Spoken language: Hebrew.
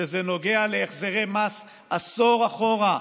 כשזה נוגע להחזרי מס עשור אחורה.